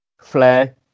Flair